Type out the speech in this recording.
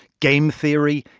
game theory,